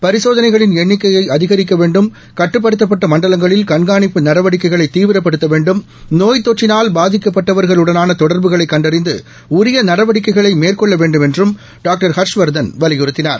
பரிசோதனைகளின் எண்ணிக்கையை அதிகரிக்க வேண்டும் கட்டுப்படுத்தப்பட்ட மண்டலங்களில் கண்காணிப்புநடவடிக்கைகளை தீவிரப்படுத்த வேண்டும் நோய் தொற்றினால் பாதிக்கப்பட்டவர்களுடனான தொடர்புகளை கண்டறிந்து உரிய நடவடிக்கைகளை மேற்கொள்ள வேண்டுமென்றும் டாக்டர் ஹர்ஷ்வர்தன் வலியுறுத்தினார்